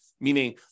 meaning